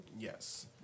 Yes